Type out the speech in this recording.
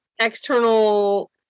external